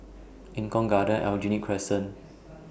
Eng Kong Garden Aljunied Crescent